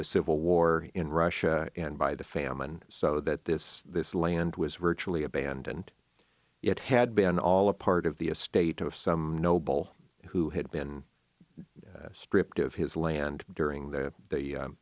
the civil war in russia and by the famine so that this this land was virtually abandoned it had been all a part of the a state of some noble who had been stripped of his land during the